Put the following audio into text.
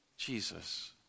Jesus